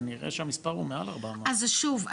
כנראה שהמספר הוא מעל 400. אז שוב,